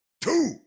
two